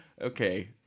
okay